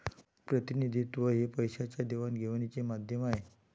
प्रतिनिधित्व हे पैशाच्या देवाणघेवाणीचे माध्यम आहे